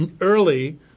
early